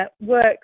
works